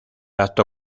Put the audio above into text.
acto